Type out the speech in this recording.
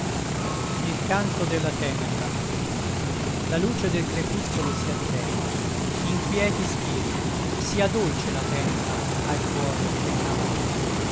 il canto della tenebra la luce del crepuscolo si attenua inquieti spiriti sia dolce la tenebra al cuore che non ama più